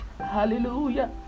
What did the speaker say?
hallelujah